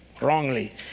wrongly